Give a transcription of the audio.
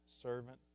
servant